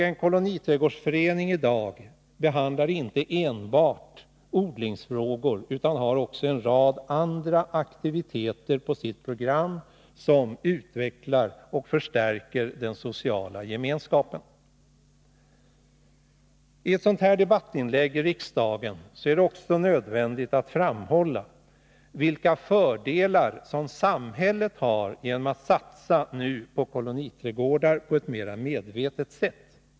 En koloniträdgårdsförening behandlar i dag inte enbart odlingsfrågor, utan har också en rad andra aktiviteter på sitt program som utvecklar och förstärker den sociala gemenskapen. I ett sådant här debattinlägg i riksdagen är det nödvändigt att också framhålla vilka fördelar som samhället kan vinna genom att nu på ett mer medvetet sätt satsa på koloniträdgårdar.